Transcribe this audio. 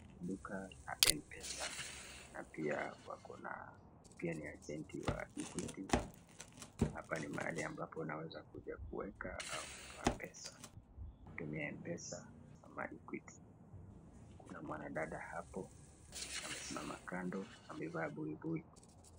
Duka la mpesa na pia ni ajenti ya Equity. Hapa ni mahali ambapo unaezakuja kuweka au kutoa pesa kutumia MPESA ama Equity. Kuna mwanadada hapo amesimama kando amevaa buibui.